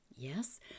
Yes